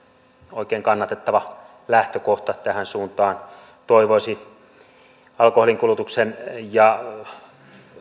oikein kannatettava lähtökohta tähän suuntaan toivoisi alkoholinkulutuksen ja